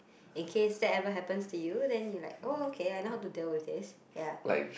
in case that ever happens to you then you like oh okay I know how to deal with this ya